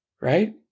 Right